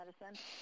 medicine